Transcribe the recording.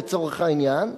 לצורך העניין,